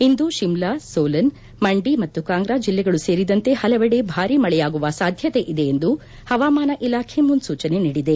ಇಂದು ಶಿಮ್ಲಾ ಸೋಲನ್ ಮಂಡಿ ಮತ್ತು ಕಾಂಗ್ರಾ ಜಿಲ್ಲೆಗಳು ಸೇರಿದಂತೆ ಹಲವೆಡೆ ಭಾರೀ ಮಳೆಯಾಗುವ ಸಾಧ್ಯತೆ ಇದೆ ಎಂದು ಹವಾಮಾನ ಇಲಾಖೆ ಮುನ್ನೂಚನೆ ನೀಡಿದೆ